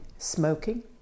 smoking